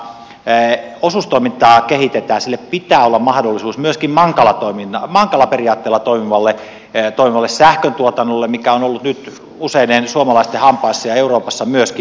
kun osuustoimintaa kehitetään sillä pitää olla mahdollisuus myöskin mankala periaatteella toimivalle sähköntuotannolle mikä on ollut nyt useiden suomalaisten hampaissa ja euroopassa myöskin